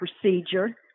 procedure